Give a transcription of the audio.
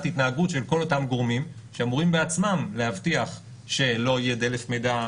התנהגות של כל אותם גורמים שאמורים בעצמם להבטיח שלא יהיה דלף מידע,